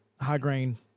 high-grain